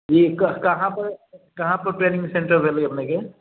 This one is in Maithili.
जी कहाँ पर कहाँ पर ट्रेनिंग सेन्टर भेलै अपनेके